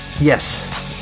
Yes